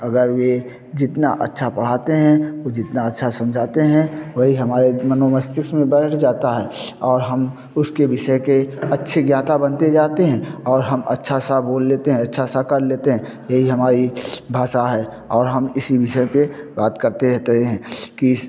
अगर वे जितना अच्छा पढ़ाते हैं वो जितना अच्छा समझाते हैं वही हमारे मनोमस्तिष्क में बैठ जाता है और हम उसके विषय के अच्छे ज्ञाता बनते जाते हैं और हम अच्छा सा बोल लेते हैं अच्छा सा कर लेते हैं यही हमारी भाषा है और हम इसी विषय पर बात करते रहते है कि